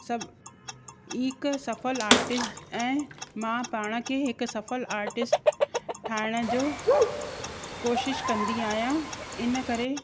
सभु हिकु सफ़ल आर्टिस्ट ऐं मां पाण खे हिकु सफ़ाल आर्टिस्ट ठाहिण जो कोशिश कंदी आहियां इनकरे